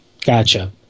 Gotcha